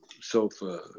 sofa